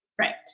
Right